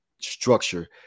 structure